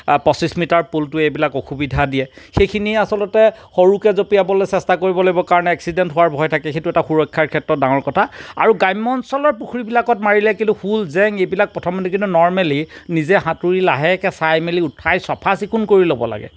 পঁচিছ মিটাৰ পুলটোৱে এইবিলাক অসুবিধা দিয়ে সেইখিনিয়ে আচলতে সৰুকে জপিয়াবলৈ চেষ্টা কৰিব লাগিব কাৰণ এক্সিডেণ্ট হোৱাৰ ভয় থাকে সেইটো এটা সুৰক্ষাৰ ক্ষেত্ৰত ডাঙৰ কথা আৰু গ্ৰাম্য অঞ্চলৰ পুখুৰীবিলাকত মাৰিলে কিন্তু শূল জেং এইবিলাক প্ৰথমতে কিন্তু নৰ্মেলি নিজে সাতুঁৰি লাহেকে চায় মেলি উঠাই চাফা চিকুণ কৰি ল'ব লাগে